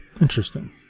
Interesting